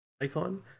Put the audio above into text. icon